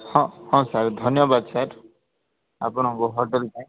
ହଁ ହଁ ସାର୍ ଧନ୍ୟବାଦ ସାର୍ ଆପଣଙ୍କ ହୋଟେଲ୍ ପାଇଁ